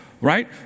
Right